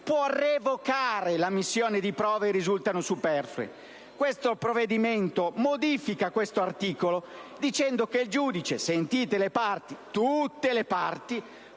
può revocare l'ammissione di prove che risultano superflue. Il provvedimento modifica questo articolo dicendo che il giudice, sentite le parti, tutte le parti,